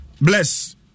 bless